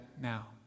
now